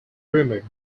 rumoured